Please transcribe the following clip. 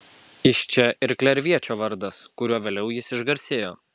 iš čia ir klerviečio vardas kuriuo vėliau jis išgarsėjo